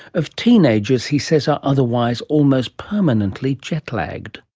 of teenagers he says are otherwise almost permanently jetlagged.